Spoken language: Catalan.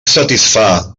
satisfà